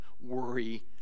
worry